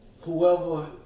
whoever